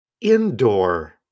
indoor